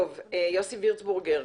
יוסי וירצבורגר,